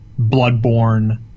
Bloodborne